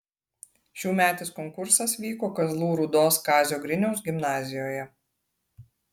šiųmetis konkursas vyko kazlų rūdos kazio griniaus gimnazijoje